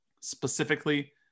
specifically